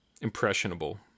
Impressionable